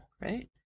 right